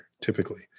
typically